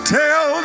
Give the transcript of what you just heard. tell